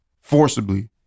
forcibly